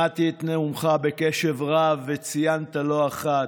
שמעתי את נאומך בקשב רב וציינת לא אחת: